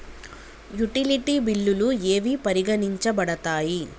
Utility బిల్లులు ఏవి పరిగణించబడతాయి?